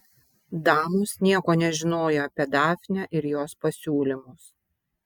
damos nieko nežinojo apie dafnę ir jos pasiūlymus